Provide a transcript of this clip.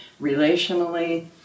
relationally